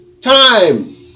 time